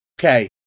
Okay